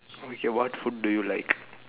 okay what food do you like